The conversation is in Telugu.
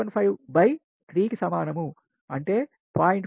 5753 కు సమానం అంటే 0